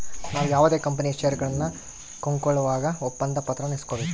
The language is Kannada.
ನಾವು ಯಾವುದೇ ಕಂಪನಿಯ ಷೇರುಗಳನ್ನ ಕೊಂಕೊಳ್ಳುವಾಗ ಒಪ್ಪಂದ ಪತ್ರಾನ ಇಸ್ಕೊಬೇಕು